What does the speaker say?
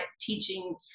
teaching